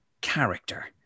character